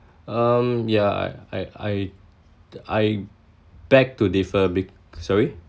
um yeah I I I beg to differ a bit sorry